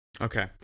Okay